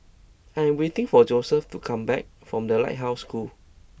I am waiting for Joesph to come back from The Lighthouse School